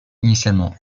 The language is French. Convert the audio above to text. initialement